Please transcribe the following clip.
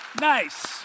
Nice